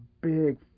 big